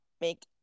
make